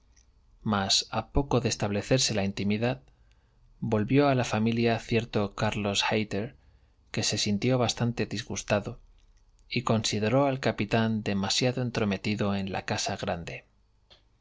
mas a poco de establecerse la intimidad volvió a la familia cierto carlos kayter que se sintió bastante disgustado y consideró al capitán demasiado entrometido en la casa grande